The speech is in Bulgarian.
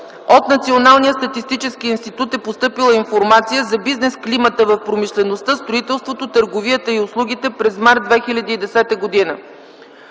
от Националния статистически институт е постъпила информация за бизнесклимата в промишлеността, строителството, търговията и услугите през март 2010 г.